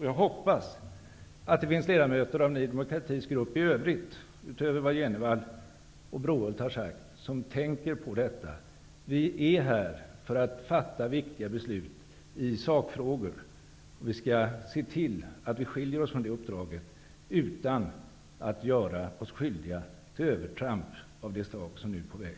Jag hoppas att det finns ledamöter i Ny demokratis grupp i övrigt, utöver Bo G Jenevall och Johan Brohult, som tänker på detta. Vi är här för att fatta viktiga beslut i sakfrågor. Vi skall se till att vi skiljer oss från det uppdraget utan att göra oss skyldiga till övertramp av det slag som nu är på väg.